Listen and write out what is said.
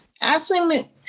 Ashley